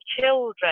children